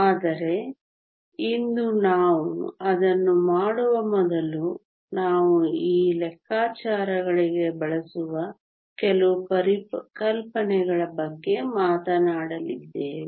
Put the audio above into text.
ಆದರೆ ಇಂದು ನಾವು ಅದನ್ನು ಮಾಡುವ ಮೊದಲು ನಾವು ಈ ಲೆಕ್ಕಾಚಾರಗಳಿಗೆ ಬಳಸುವ ಕೆಲವು ಪರಿಕಲ್ಪನೆಗಳ ಬಗ್ಗೆ ಮಾತನಾಡಲಿದ್ದೇವೆ